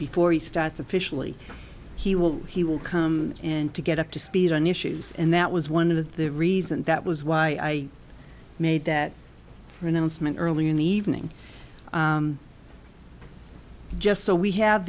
before he starts officially he will he will come and to get up to speed on issues and that was one of the reasons that was why i made that announcement early in the evening just so we have